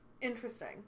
interesting